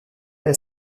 elle